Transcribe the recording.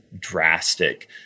drastic